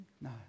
No